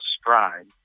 stride